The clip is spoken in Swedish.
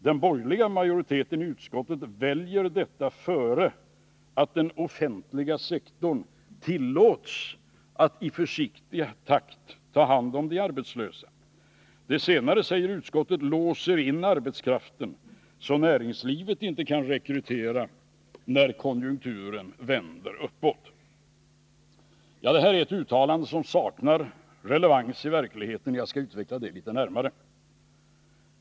Den borgerliga majoriteten i utskottet väljer detta före att den offentliga sektorn tillåts att i försiktig takt ta hand om de arbetslösa. Det senare, säger utskottet, låser in arbetskraften, så att näringslivet inte kan rekrytera när konjunkturen vänder uppåt. Detta är ett uttalande som saknar relevans i verkligheten, och jag skall utveckla det litet närmare.